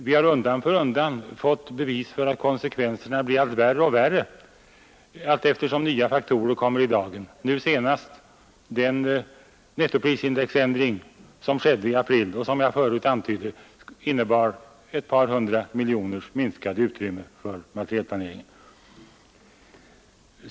Vi har undan för undan fått bevis för att konsekvenserna blev värre och värre allteftersom nya faktorer kom i dagen, nu senast den nettoprisindexändring som skedde i april och som, såsom jag förut antydde, innebär ett par hundra miljoner mindre i utrymme för materielplaneringen.